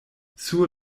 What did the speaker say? sur